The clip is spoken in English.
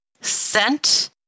scent